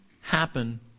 happen